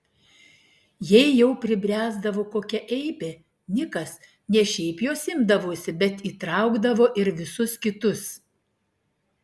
jei jau pribręsdavo kokia eibė nikas ne šiaip jos imdavosi bet įtraukdavo ir visus kitus